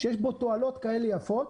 שיש בו תועלות כאלה יפות,